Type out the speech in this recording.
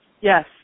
Yes